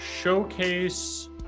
showcase